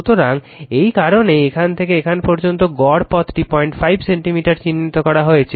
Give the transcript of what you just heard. সুতরাং এই কারণেই এখান থেকে এখান পর্যন্ত গড় পথটি 05 সেন্টিমিটার চিহ্নিত করা হয়েছে